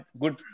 good